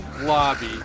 Lobby